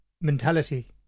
mentality